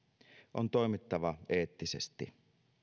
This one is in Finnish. on toimittava eettisesti